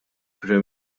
prim